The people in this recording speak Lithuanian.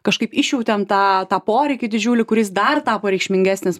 kažkaip išjautėm tą tą poreikį didžiulį kuris dar tapo reikšmingesnis